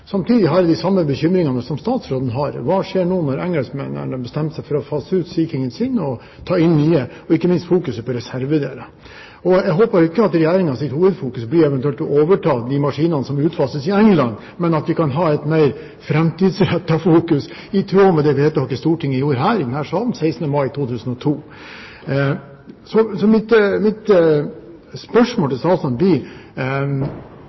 Samtidig har jeg de samme bekymringene som statsråden har: Hva skjer nå når engelskmennene har bestemt seg for å fase ut sine Sea King og ta inn nye? Ikke minst gjelder det fokuset på reservedeler. Jeg håper ikke at Regjeringens hovedfokus eventuelt blir å overta de maskinene som utfases i England, men at vi kan være mer framtidsrettet i tråd med det vedtaket Stortinget gjorde i denne salen 16. mai 2002.